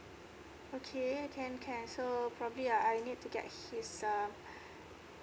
okay can can so probably I I need to get his err